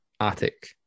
attic